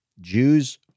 Jews